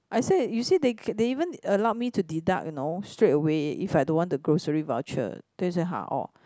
I say you see they c~ they even allowed me to deduct you know straight away if I don't want the grocery voucher then he say !huh! orh